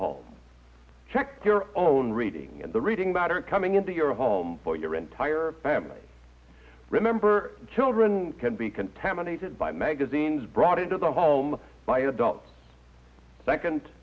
home check their own reading and the reading matter coming into your home for your entire family remember children can be contaminated by magazines brought into the home by adults second